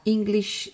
English